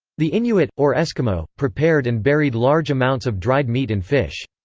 the inuit, or eskimo, prepared and buried large amounts of dried meat and fish.